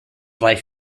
life